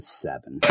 seven